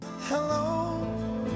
Hello